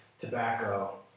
tobacco